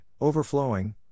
overflowing